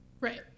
Right